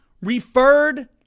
referred